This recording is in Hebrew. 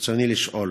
ברצוני לשאול: